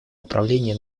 управлении